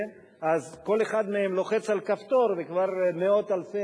אז כל אחד לוחץ על כפתור וכבר מאות אלפי